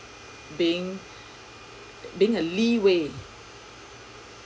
being being a leeway